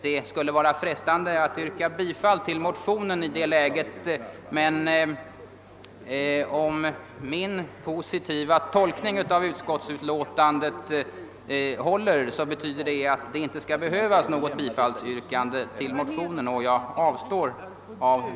Det är frestande att yrka bifall till motionen i det läget, men om min positiva tolkning av utskottsutlåtandet håller, så betyder det att det inte behövs och av det skälet avstår jag.